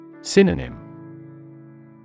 Synonym